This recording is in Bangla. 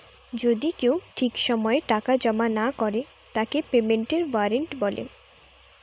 যদি কেউ ঠিক সময় টাকা না জমা করে তাকে পেমেন্টের ওয়ারেন্ট বলে